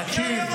תקשיב,